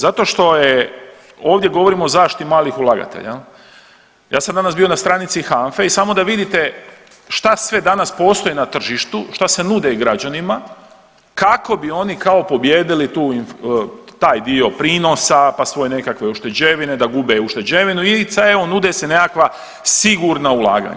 Zato što je ovdje govorimo o zaštiti malih ulagatelja, ja sam danas bio na stranici HANFA-e i samo da vidite šta sve danas postoji na tržištu, šta se nudi građanima kako bi oni kao pobijedili taj dio prinosa, pa svoje nekakve ušteđevine da gube ušteđevinu i sad evo nude se nekakva sigurna ulaganja.